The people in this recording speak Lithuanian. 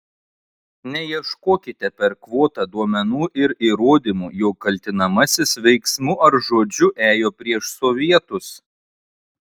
neieškokite per kvotą duomenų ir įrodymų jog kaltinamasis veiksmu ar žodžiu ėjo prieš sovietus